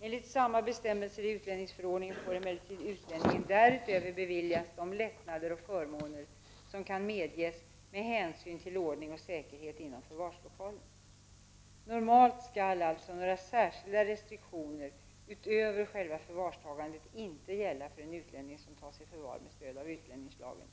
Enligt samma bestämmelse i utlänningsförordningen får emellertid utlänningen därutöver beviljas de lättnader coh förmåner som kan medges med hänsyn till ordning och säkerhet inom förvarslokalen. Normalt skall alltså några särskilda restriktioner utöver själva förvarstagandet inte gälla för en utlänning som tas i förvar med stöd av utlänningslagen.